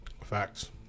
Facts